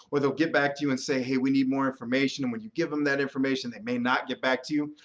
or they'll get back to you and say, hey, we need more information. and when you give them that information, they may not get back to you.